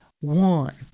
one